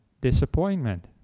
disappointment